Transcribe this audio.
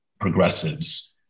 progressives